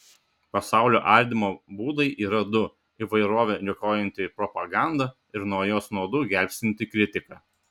pasaulio ardymo būdai yra du įvairovę niokojanti propaganda ir nuo jos nuodų gelbstinti kritika